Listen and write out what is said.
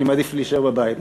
אני מעדיף להישאר בבית.